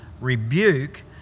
rebuke